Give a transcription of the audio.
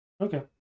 okay